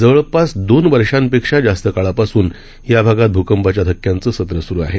जवळपासदोनवर्षांपेक्षाजास्तकाळापासूनयाभागातभूकंपाच्याधक्क्यांचंसत्रस्रुआहे